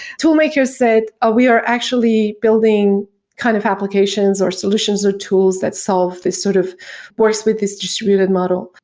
tool makers said, oh! we are actually building kind of applications or solutions or tools that solve this sort of works with this distributed model.